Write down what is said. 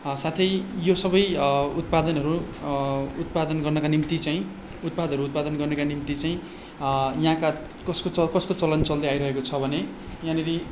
साथै यो सबै उत्पादनहरू उत्पादन गर्नका निम्ति चाहिँ उत्पादहरू उत्पादन गर्नका निम्ति चाहिँ यहाँका कसको कस्तो चलन चल्दै आइरहेको छ भने यहाँनेरि